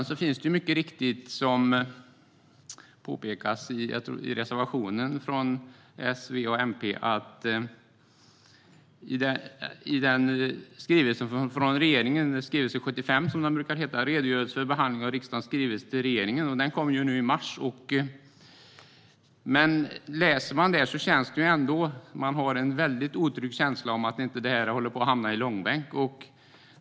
Som mycket riktigt påpekas i reservationen från S, V och MP står detta i skrivelse 75 från regeringen, Redogörelse för behandlingen av riksdagens skrivelser till regeringen . Den kom nu i mars, och läser man den får man en väldigt otrygg känsla av att det här håller på att hamna i långbänk.